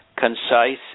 concise